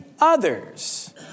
others